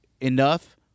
Enough